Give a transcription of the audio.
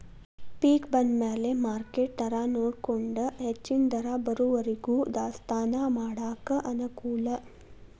ಪಿಕ್ ಬಂದಮ್ಯಾಲ ಮಾರ್ಕೆಟ್ ದರಾನೊಡಕೊಂಡ ಹೆಚ್ಚನ ದರ ಬರುವರಿಗೂ ದಾಸ್ತಾನಾ ಮಾಡಾಕ ಅನಕೂಲ